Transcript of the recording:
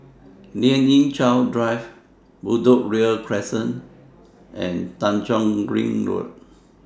Lien Ying Chow Drive Bedok Ria Crescent and Tanjong Kling Road